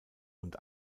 und